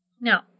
Now